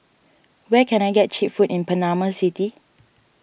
where can I get Cheap Food in Panama City